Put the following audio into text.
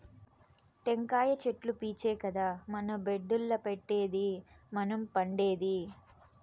టెంకాయ చెట్లు పీచే కదా మన బెడ్డుల్ల పెట్టేది మనం పండేది